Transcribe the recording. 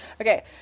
Okay